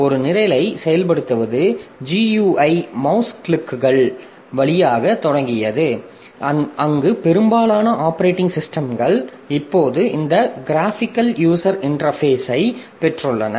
ஒரு நிரலை செயல்படுத்துவது GUI மவுஸ் கிளிக்குகள் வழியாகத் தொடங்கியது அங்கு பெரும்பாலான ஆப்பரேட்டிங் சிஸ்டம்கள் இப்போது இந்த க்ராபிகள் யூசர் இன்டெர்பேஸை பெற்றுள்ளன